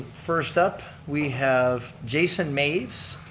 first up, we have jason maves,